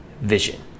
vision